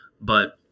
but-